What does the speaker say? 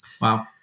wow